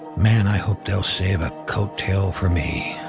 man, i hope they'll save a coattail for me.